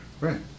Right